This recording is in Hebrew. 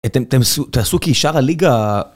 אתם תעשו כי שאר הליגה